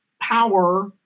power